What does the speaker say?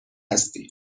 هستی